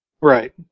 Right